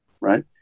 right